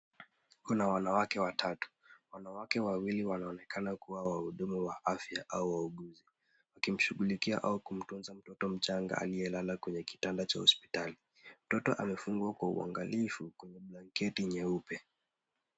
Kuna wanawake watatu. Wanawake wawili wanaonekana kuwa wahudumu wa afya au wauguzi wakimshughilikia au kumtunza mtoto mchanga aliyelala kwenye kitanda cha hospitali. Mtoto amefungwa kwa uangalifu kwenye blanketi nyeupe.